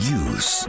use